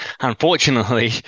unfortunately